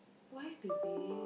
why baby